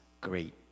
great